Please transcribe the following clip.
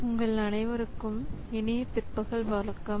உங்கள் அனைவருக்கும் இனிய பிற்பகல் வணக்கம்